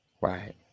Right